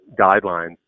guidelines